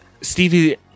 Stevie